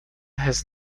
has